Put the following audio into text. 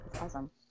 awesome